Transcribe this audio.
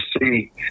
see